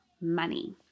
money